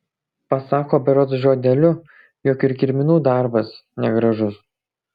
pasako berods žodeliu jog ir kirminų darbas negražus